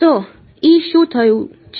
તો શું થયું છે